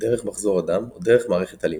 דרך מחזור הדם או דרך מערכת הלימפה.